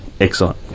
excellent